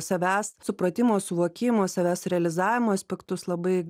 savęs supratimo suvokimo savęs realizavimo aspektus labai